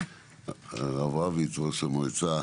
הרב רביץ ראש המועצה